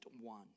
one